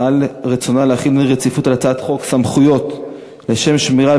על רצונה להחיל דין רציפות על הצעת חוק סמכויות לשם שמירה על